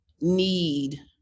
need